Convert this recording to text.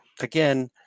again